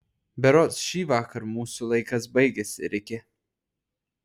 berods šįvakar mūsų laikas baigiasi riki